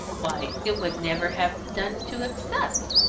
why, it would never have done to accept!